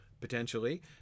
potentially